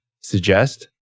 suggest